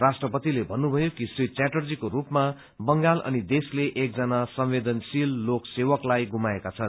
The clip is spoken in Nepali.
राष्ट्रपतिले भन्नुभयो कि श्री च्याटर्जीको सूपमा बंगाल अनि देशले एकजना संवदेनशील लोक सेवकलाई गुमाएका छन्